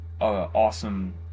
awesome